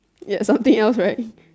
there's something else right